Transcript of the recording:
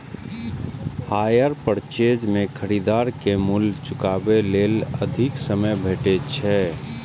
hire purchase मे खरीदार कें मूल्य चुकाबै लेल अधिक समय भेटै छै